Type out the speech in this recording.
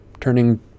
Turning